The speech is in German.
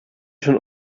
schon